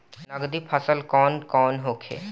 नकदी फसल कौन कौनहोखे?